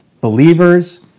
believers